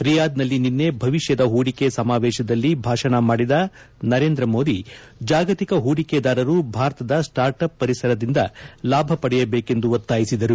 ರಿಯಾದ್ನಲ್ಲಿ ನಿನ್ನೆ ಭವಿಷ್ಯದ ಹೂಡಿಕೆ ಸಮಾವೇಶದಲ್ಲಿ ಭಾಷಣ ಮಾಡಿದ ನರೇಂದ್ರ ಮೋದಿ ಜಾಗತಿಕ ಹೂಡಿಕೆದಾರರು ಭಾರತದ ಸ್ಪಾರ್ಟ ಅಪ್ ಪರಿಸರದಿಂದ ಲಾಭ ಪಡೆಯಬೇಕೆಂದು ಒತ್ತಾಯಿಸಿದರು